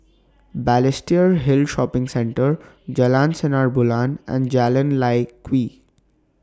Balestier Hill Shopping Centre Jalan Sinar Bulan and Jalan Lye Kwee